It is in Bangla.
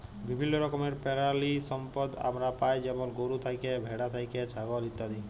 বিভিল্য রকমের পেরালিসম্পদ আমরা পাই যেমল গরু থ্যাকে, ভেড়া থ্যাকে, ছাগল ইত্যাদি